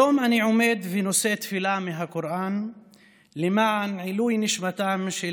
היום אני עומד ונושא תפילה מהקוראן למען עילוי נשמתם של